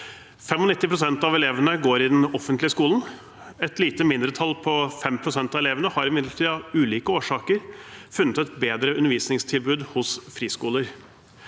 pst. av elevene går i den offentlige skolen. Et lite mindretall på 5 pst. av elevene har imidlertid av ulike årsaker funnet et bedre undervisningstilbud hos friskoler.